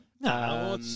no